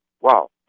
Wow